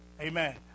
Amen